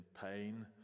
pain